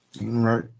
Right